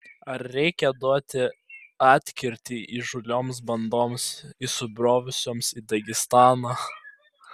ar reikia duoti atkirtį įžūlioms bandoms įsibrovusioms į dagestaną